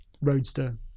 roadster